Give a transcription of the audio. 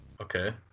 Okay